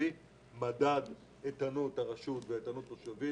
מדד שמשלב את איתנות הרשות ואיתנות התושבים,